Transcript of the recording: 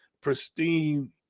pristine